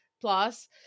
plus